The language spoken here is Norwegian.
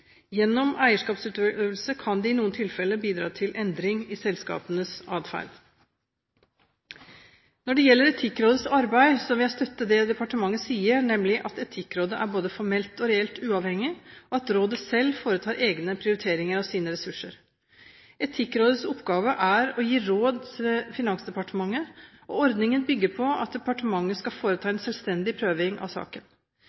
Gjennom eierskapsutøvelsen kan de i noen tilfeller bidra til endring i selskapenes adferd. Når det gjelder Etikkrådets arbeid, vil jeg støtte det departementet sier, nemlig at Etikkrådet er både formelt og reelt uavhengig, og at rådet selv foretar egne prioriteringer av sine ressurser. Etikkrådets oppgave er å gi råd til Finansdepartementet, og ordningen bygger på at departementet skal foreta